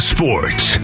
Sports